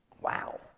Wow